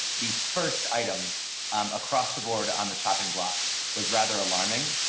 the first item across the board on the chopping block was rather alarming,